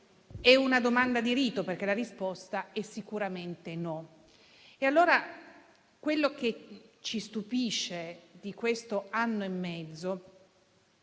È una domanda di rito, perché la risposta è sicuramente no. Allora, quello che ci stupisce, di questo anno e mezzo,